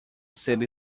city